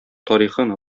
тарихын